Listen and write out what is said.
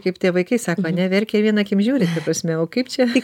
kaip tie vaikai sako ane verkia viena akim žiūri prasme o kaip čia